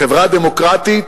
חברה דמוקרטית